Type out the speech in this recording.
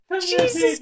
Jesus